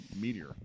meteor